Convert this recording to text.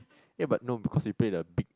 eh but no because we play the big